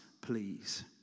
please